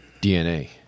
DNA